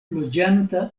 loĝanta